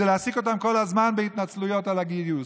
זה להעסיק אותם כל הזמן בהתנצלויות על הגיוס,